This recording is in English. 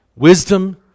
Wisdom